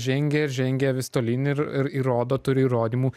žengia ir žengia vis tolyn ir ir įrodo turi įrodymų